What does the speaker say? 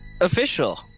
official